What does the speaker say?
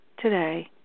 today